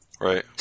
Right